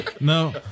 no